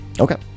Okay